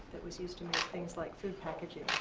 that was used to make things like food packaging.